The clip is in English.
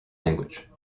language